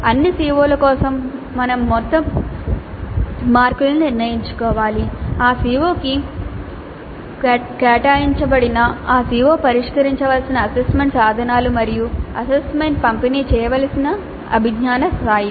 అన్ని CO ల కోసం మేము మొత్తం మార్కులను నిర్ణయించుకోవాలి ఆ CO కి కేటాయించబడింది ఆ CO పరిష్కరించాల్సిన అసెస్మెంట్ సాధనాలు మరియు అసెస్మెంట్ పంపిణీ చేయవలసిన అభిజ్ఞా స్థాయిలు